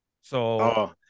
So-